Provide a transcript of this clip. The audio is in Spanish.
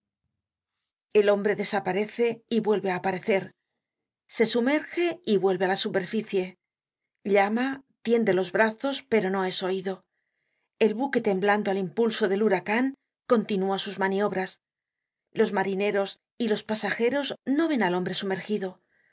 el hombre desaparece y vuelve á aparecer se sumerge y sube á la superficie llama tiende los brazos pero no es oido el buque temblando al impulso del huracan continua sus maniobras los marineros y los pasajeros no ven al hombre sumergido